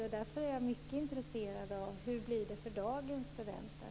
Därför är jag mycket intresserad av hur det blir för dagens studenter.